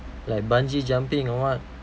like bungee jumping or what